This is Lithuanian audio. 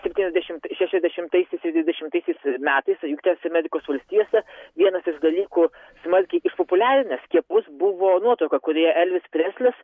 septyniasdešimt šešiasdešimtaisiais ir dvidešimtaisiais metais jungtinėse amerikos valstijose vienas iš dalykų smarkiai išpopuliarinęs skiepus buvo nuotrauka kurioje elvis preslis